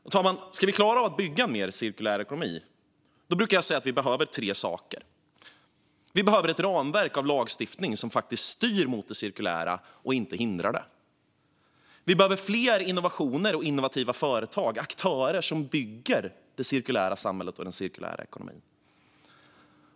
Fru talman! Ska vi klara att bygga en mer cirkulär ekonomi behöver vi, brukar jag säga, tre saker. Vi behöver ett ramverk av lagstiftning som styr mot det cirkulära och inte hindrar det. Vi behöver fler innovationer och innovativa företag - aktörer som bygger det cirkulära samhället och den cirkulära ekonomin.